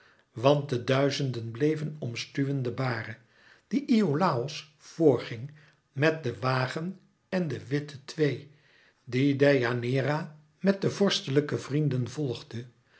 want de duizenden bleven omstuwen de bare die iolàos voor ging met den wagen en de witte twee die deianeira met de vorstelijke vrienden volgde